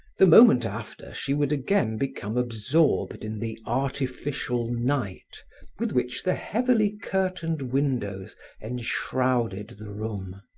the moment after she would again become absorbed in the artificial night with which the heavily curtained windows enshrouded the room.